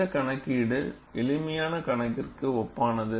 இந்த கணக்கீடு எளிமையான கணக்கிற்கு ஒப்பானது